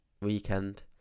weekend